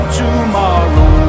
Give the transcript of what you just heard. tomorrow